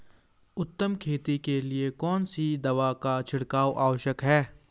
उत्तम खेती के लिए कौन सी दवा का छिड़काव आवश्यक है?